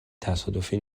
تصادفی